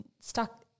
stuck